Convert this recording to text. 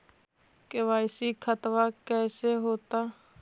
KYC खतबा कैसे होता?